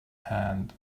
hand